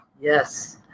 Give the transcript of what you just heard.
Yes